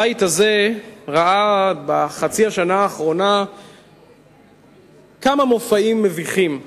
הבית הזה ראה בחצי השנה האחרונה כמה מופעים מביכים שלכם,